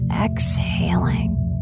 exhaling